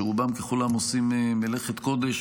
שרובם ככולם עושים מלאכת קודש,